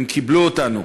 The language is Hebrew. הם קיבלו אותנו.